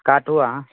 काटू अहाँ